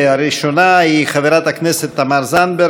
הראשונה היא חברת הכנסת תמר זנדברג.